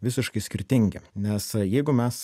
visiškai skirtingi nes jeigu mes